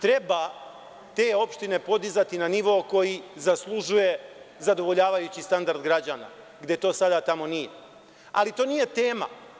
Treba te opštine podizati na nivo koji zaslužuje zadovoljavajući standard građana gde to sada tamo nije, ali to nije tema.